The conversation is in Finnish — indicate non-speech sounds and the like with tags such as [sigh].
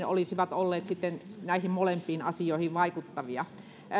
[unintelligible] olisivat olleet sitten näihin molempiin asioihin vaikuttavia